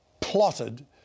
plotted